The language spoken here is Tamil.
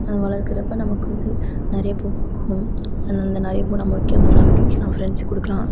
வளர்க்கிறப்ப நமக்கு வந்து நிறைய பூ பூக்கும் அந்த நிறைய பூ நம்ம வைக்காமல் சாமிக்கு வச்சிக்கலாம் ஃப்ரெண்ட்ஸுக்கு கொடுக்கலாம்